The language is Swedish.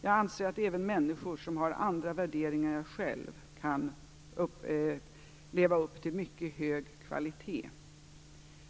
Jag anser att även människor som har andra värderingar än jag själv kan leva upp till mycket hög kvalitet.